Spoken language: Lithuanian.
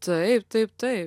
taip taip taip